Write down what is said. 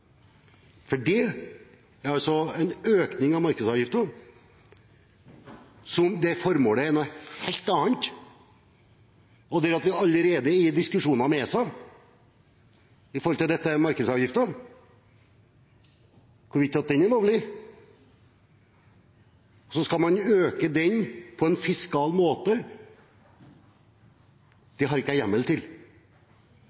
er tanken bak, altså at en økning av markedsavgiften er formålet, er det noe helt annet. Vi er allerede i diskusjoner med ESA når det gjelder denne markedsavgiften – om hvorvidt den er lovlig. Om man skal øke den på en fiskal måte,